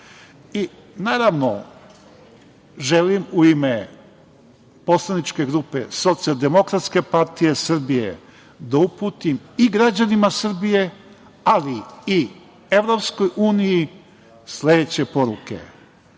zanima. Naravno, želim u ime Poslaničke grupe Socijaldemokratske partije Srbije da uputim i građanima Srbije, ali i EU sledeće poruke: